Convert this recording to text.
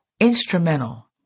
instrumental